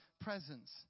presence